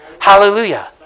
Hallelujah